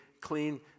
clean